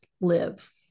live